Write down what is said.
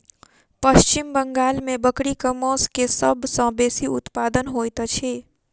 पश्चिम बंगाल में बकरीक मौस के सब सॅ बेसी उत्पादन होइत अछि